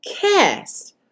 Cast